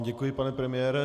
Děkuji vám, pane premiére.